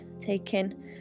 taking